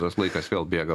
tas laikas vėl bėga